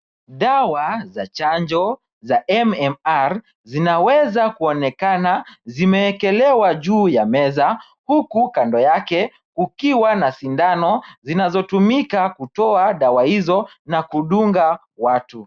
Dawa za chanjo, za MMR, zinaweza kuonekana zimeekelewa juu ya meza, huku kando yake ukiwa na sindano zinazotumika kutoa dawa hizo na kudunga watu.